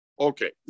Okay